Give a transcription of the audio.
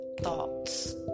thoughts